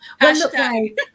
Hashtag